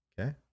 Okay